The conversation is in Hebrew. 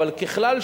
אבל ככלל,